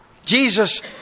Jesus